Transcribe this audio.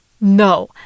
No